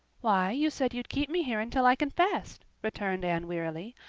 why, you said you'd keep me here until i confessed, returned anne wearily,